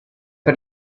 per